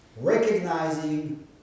recognizing